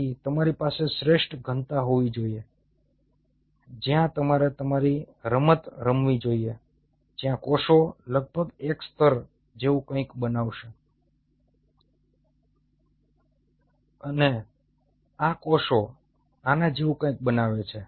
તેથી તમારી પાસે શ્રેષ્ઠ ઘનતા હોવી જોઈએ જ્યાં તમારે તમારી રમત રમવી જોઈએ જ્યાં કોષો લગભગ એક સ્તર જેવું કંઈક બનાવશે અને આ કોષો આના જેવું કંઈક બનાવે છે